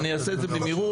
אני אעשה את זה במהירות.